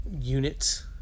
Units